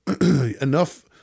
enough